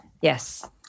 yes